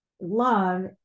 Love